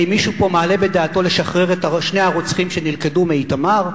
האם מישהו פה מעלה בדעתו לשחרר את שני הרוצחים מאיתמר שנלכדו?